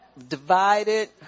divided